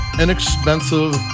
inexpensive